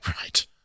right